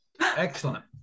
Excellent